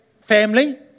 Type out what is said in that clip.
family